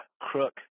crook